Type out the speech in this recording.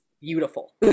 Beautiful